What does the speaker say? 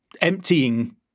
emptying